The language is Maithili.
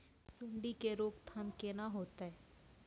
सुंडी के रोकथाम केना होतै?